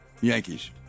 Yankees